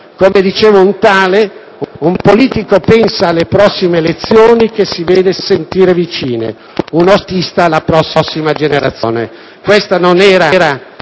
Come diceva un tale, un politico pensa alle prossime elezioni, che si deve sentire vicine, mentre uno statista, alla prossima generazione: questa non è